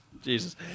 Jesus